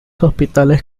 hospitales